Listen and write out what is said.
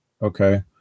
Okay